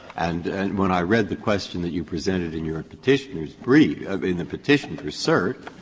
and when i read the question that you presented in your petitioner's brief in the petition for cert,